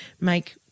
make